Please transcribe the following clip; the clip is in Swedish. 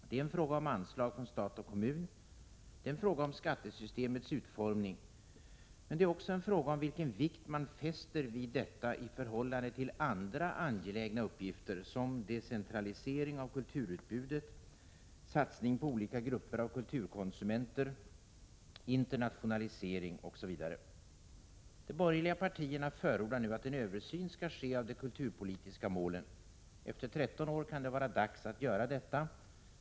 Det är en fråga om anslag från stat och kommun, det är en fråga om skattesystemets utformning, men det är också en fråga om vilken vikt man fäster vid detta i förhållande till andra angelägna uppgifter såsom decentralisering av kulturutbudet, satsning på olika grupper av kulturkonsumenter och internationalisering. De borgerliga partierna förordar nu att en översyn skall ske av de kulturpolitiska målen. Efter 13 år kan det vara dags att göra detta.